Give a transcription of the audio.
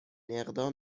اقدام